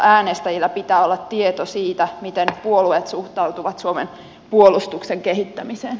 äänestäjillä pitää olla tieto siitä miten puolueet suhtautuvat suomen puolustuksen kehittämiseen